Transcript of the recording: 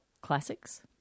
classics